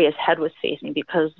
is head was facing because